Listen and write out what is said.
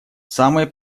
самой